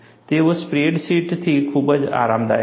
તેઓ સ્પ્રેડશીટથી ખૂબ જ આરામદાયક છે